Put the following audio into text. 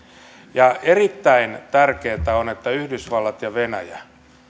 ja erittäin tärkeää on että yhdysvallat ja venäjä